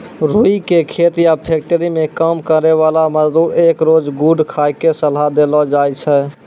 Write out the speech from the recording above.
रूई के खेत या फैक्ट्री मं काम करै वाला मजदूर क रोज गुड़ खाय के सलाह देलो जाय छै